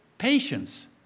patience